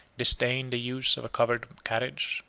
disdained the use of a covered carriage,